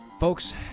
Folks